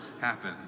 happen